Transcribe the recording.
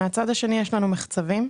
מצד שני יש לנו מחצבים,